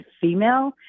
female